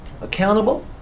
Accountable